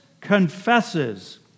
confesses